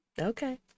Okay